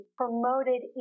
promoted